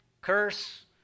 curse